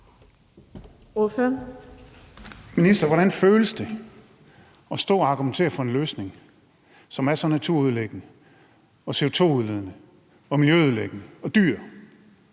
Minister, hvordan føles det at stå og argumentere for en løsning, som er så naturødelæggende og CO2-udledende og miljøødelæggende og dyr,